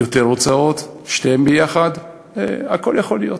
או יותר הוצאות, שניהם יחד, הכול יכול להיות.